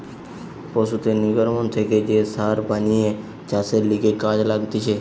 পশুদের নির্গমন থেকে যে সার বানিয়ে চাষের লিগে কাজে লাগতিছে